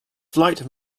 flight